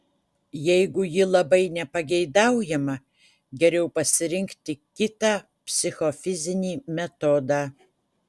jeigu ji labai nepageidaujama geriau pasirinkti kitą psichofizinį metodą